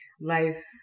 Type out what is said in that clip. life